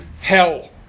hell